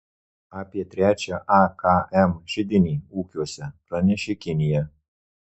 apie trečią akm židinį ūkiuose pranešė kinija